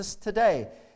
today